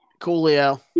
Coolio